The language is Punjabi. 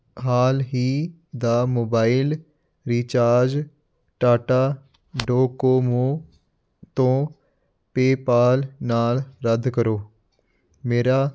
ਹਾਲ ਹੀ ਦਾ ਮੋਬਾਇਲ ਰੀਚਾਰਜ ਟਾਟਾ ਡੋਕੋਮੋ ਤੋਂ ਪੇਪਾਲ ਨਾਲ ਰੱਦ ਕਰੋ ਮੇਰਾ